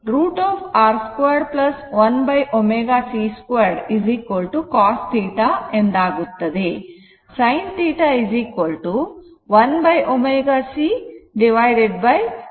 √ R 2 1 ω c 2 cos θ ಇರುತ್ತದೆ